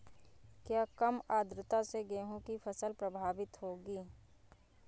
क्या कम आर्द्रता से गेहूँ की फसल प्रभावित होगी?